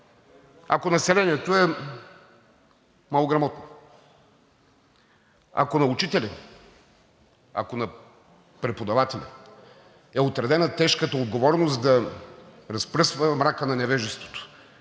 ако населението е малограмотно; ако на учителя, ако на преподавателя е отредена тежката отговорност да разпръсва мрака на невежеството